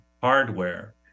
hardware